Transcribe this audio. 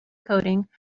coding